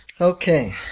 Okay